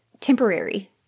temporary